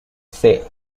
say